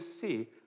see